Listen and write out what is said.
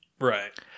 Right